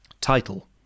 title